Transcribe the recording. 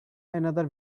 another